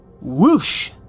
Whoosh